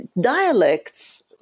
dialects